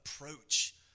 approach